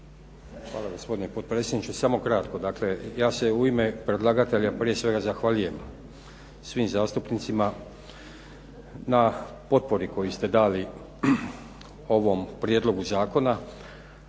Hvala, gospodine potpredsjedniče. Samo kratko, dakle, ja se u ime predlagatelja prije svega zahvaljujem svim zastupnicima na potpori koju ste dali ovom prijedlogu zakona